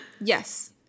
Yes